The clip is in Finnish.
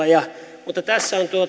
ja kannatettava puheenvuoro mutta tässä on